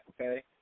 okay